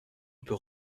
peux